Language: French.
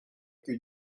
que